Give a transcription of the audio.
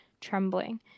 trembling